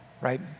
right